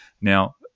Now